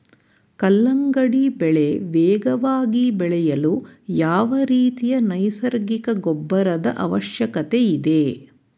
ಕಲ್ಲಂಗಡಿ ಬೆಳೆ ವೇಗವಾಗಿ ಬೆಳೆಯಲು ಯಾವ ರೀತಿಯ ನೈಸರ್ಗಿಕ ಗೊಬ್ಬರದ ಅವಶ್ಯಕತೆ ಇದೆ?